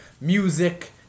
music